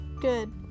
good